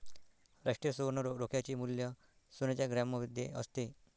राष्ट्रीय सुवर्ण रोख्याचे मूल्य सोन्याच्या ग्रॅममध्ये असते